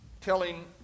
telling